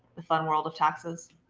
the fun world of taxes?